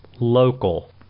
local